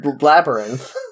Labyrinth